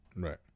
Right